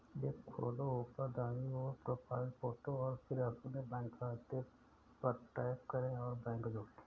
app खोलो, ऊपर दाईं ओर, प्रोफ़ाइल फ़ोटो और फिर अपने बैंक खाते पर टैप करें और बैंक जोड़ें